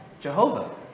Jehovah